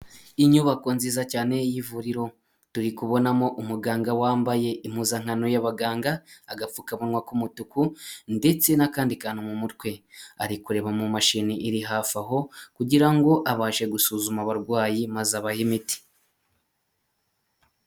Inyubako nziza cyane y'ivuriro, turi kubonamo umuganga wambaye impuzankano y'abaganga, agapfukamunwa k'umutuku ndetse n'akandi kantu mu mutwe, ari kureba mu mashini iri hafi aho, kugira ngo abashe gusuzuma abarwayi maze abahe imiti.